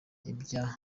ibya